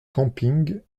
camping